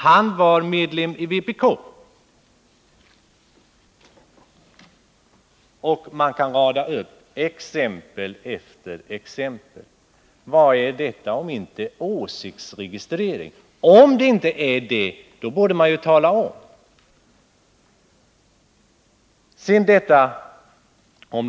Han var medlem av vpk. Och man kan rada upp exempel efter exempel. Vad är detta om inte åsiktsregistrering? Om det inte är åsiktsregistrering, borde man ju tala om vad det är.